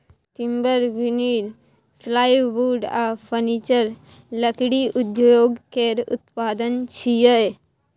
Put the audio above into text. timber, veneer, plywood आ furniture लकड़ी उद्योग केर उत्पाद छियै